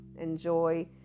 enjoy